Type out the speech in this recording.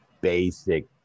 basic